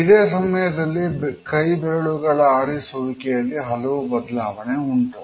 ಇದೇ ಸಮಯದಲ್ಲಿ ಕೈಬೆರಳುಗಳ ಆಡಿಸುವಿಕೆಯಲ್ಲಿ ಹಲವು ಬದಲಾವಣೆ ಉಂಟು